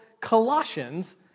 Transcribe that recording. Colossians